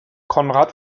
konrad